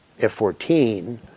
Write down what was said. F-14